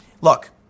Look